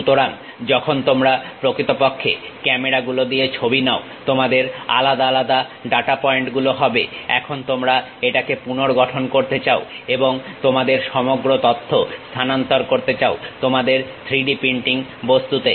সুতরাং যখন তোমরা প্রকৃতপক্ষে ক্যামেরাগুলো দিয়ে ছবি নাও তোমাদের আলাদা আলাদা ডাটা পয়েন্টগুলো হবে এখন তোমরা এটাকে পুনর্গঠন করতে চাও এবং তোমাদের সমগ্র তথ্য স্থানান্তর করতে চাও তোমাদের 3D প্রিন্টিং বস্তুতে